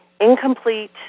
Incomplete